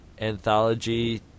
anthology